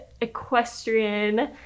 equestrian